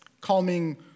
calming